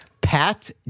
Pat